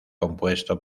compuesto